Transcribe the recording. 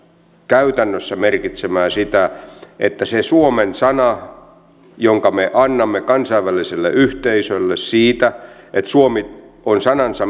käytännössä merkitsemään sitä että se suomen sana jonka me annamme kansainväliselle yhteisölle siitä että suomi on sanansa